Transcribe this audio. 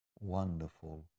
wonderful